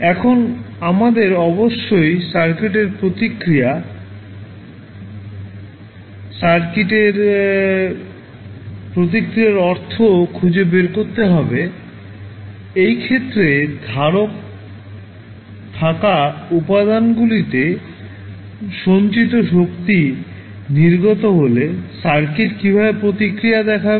এখন আমাদের অবশ্যই সার্কিটের প্রতিক্রিয়া সার্কিটের প্রতিক্রিয়ার অর্থ খুঁজে বের করতে হবে এই ক্ষেত্রে ধারক থাকা উপাদানগুলিতে সঞ্চিত শক্তি নির্গত হলে সার্কিট কীভাবে প্রতিক্রিয়া দেখাবে